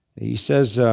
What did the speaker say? he says